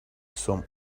some